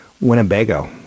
Winnebago